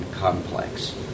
complex